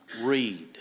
read